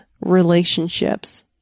relationships